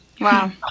Wow